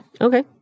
Okay